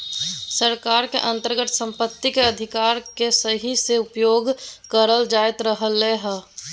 सरकार के अन्तर्गत सम्पत्ति के अधिकार के सही से उपयोग करल जायत रहलय हें